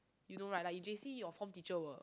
you know right like in J_C your form teacher will